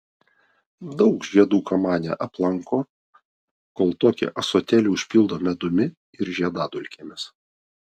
daug žiedų kamanė aplanko kol tokį ąsotėlį užpildo medumi ir žiedadulkėmis